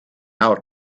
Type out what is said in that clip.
out